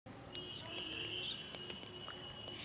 शेळी पालन योजनेसाठी किती बकऱ्या पायजे?